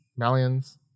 Malians